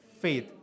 faith